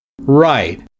Right